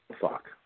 Fuck